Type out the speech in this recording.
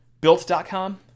Built.com